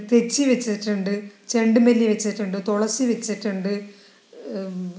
തെച്ചി വെച്ചിട്ടുണ്ട് ചെണ്ടുമല്ലി വെച്ചിട്ടുണ്ട് തുളസി വെച്ചിട്ടുണ്ട്